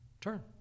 Turn